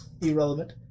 irrelevant